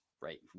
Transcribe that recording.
right